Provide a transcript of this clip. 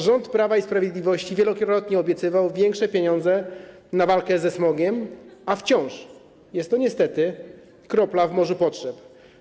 Rząd Prawa i Sprawiedliwości wielokrotnie obiecywał większe pieniądze na walkę ze smogiem, a wciąż jest to, niestety, kropla w morzu potrzeb.